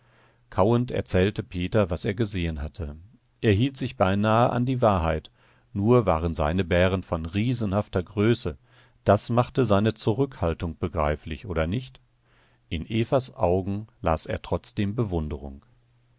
kauend erzählte peter was er gesehen hatte er hielt sich beinahe an die wahrheit nur waren seine bären von riesenhafter größe das machte seine zurückhaltung begreiflich oder nicht in evas augen las er trotzdem bewunderung